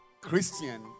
Christian